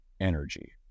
energy